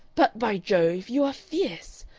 but, by jove! you are fierce!